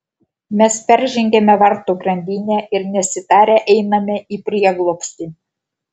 mes peržengiame vartų grandinę ir nesitarę einame į prieglobstį